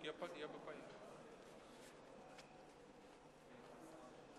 21 בינואר 2015. אני